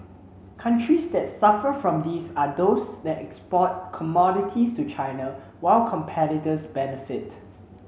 countries that suffer from this are those that export commodities to China while competitors benefit